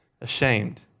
Ashamed